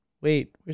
Wait